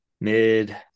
mid